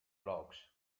blocs